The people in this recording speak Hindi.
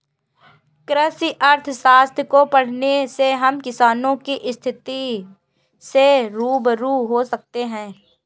कृषि अर्थशास्त्र को पढ़ने से हम किसानों की स्थिति से रूबरू हो सकते हैं